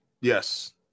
Yes